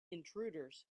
intruders